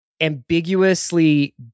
ambiguously